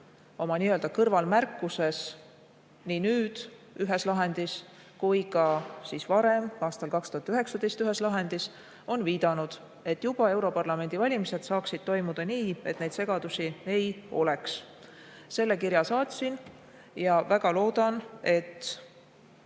oma nii-öelda kõrvalmärkuses nii nüüd ühes lahendis kui ka varem, aastal 2019 ühes lahendis on viidanud, et juba europarlamendi valimised saaksid toimuda nii, et neid segadusi ei oleks. Selle kirja ma saatsin ja ma väga loodan, et